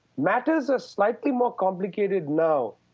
matters are slightly more complicated now.